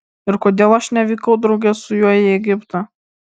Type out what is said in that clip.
ir kodėl aš nevykau drauge su juo į egiptą